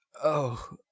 o,